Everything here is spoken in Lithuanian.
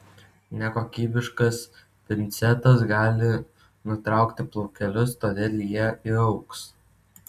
nekokybiškas pincetas gali nutraukti plaukelius todėl jie įaugs